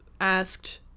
asked